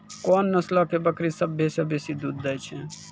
कोन नस्लो के बकरी सभ्भे से बेसी दूध दै छै?